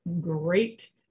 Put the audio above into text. great